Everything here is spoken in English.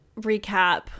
recap